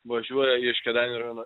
važiuoja iš kėdainių rajono